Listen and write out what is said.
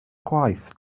gwaith